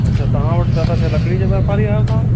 अछा तव्हां वटि दादा छा लकड़ी जा वापारी आहियो तव्हां